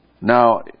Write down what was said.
Now